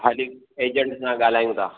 हाली एजंट सां ॻाल्हायूं था